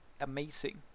amazing